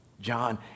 John